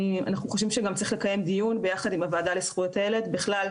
אנחנו חושבים שצריך גם לקיים דיון ביחד עם הוועדה לזכויות הילד בכלל,